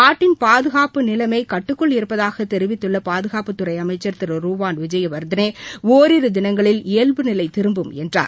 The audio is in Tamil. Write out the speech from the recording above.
நாட்டின் பாதுகாப்பு நிலைமைகட்டுக்குள் இருப்பதாகதெரிவித்துள்ளபாதுகாப்புத்துறைஅமைச்சர் திரு யுவான் விஜயவர்த்தனே ஒரிருதினங்களில் இயல்புநிலைதிரும்பும் என்றார்